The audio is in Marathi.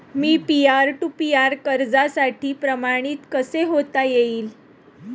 मी पीअर टू पीअर कर्जासाठी प्रमाणित कसे होता येईल?